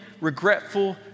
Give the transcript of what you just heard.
regretful